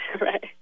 Right